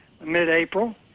mid-April